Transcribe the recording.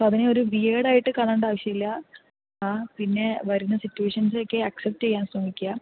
അപ്പോൾ അതിനെയൊരു വിയേർഡ് ആയിട്ട് കാണേണ്ട ആവശ്യമില്ല ആ പിന്നെ വരുന്ന സിറ്റുവേഷൻസൊക്കെ അക്സെപ്റ്റ് ചെയ്യാൻ ശ്രമിക്കുക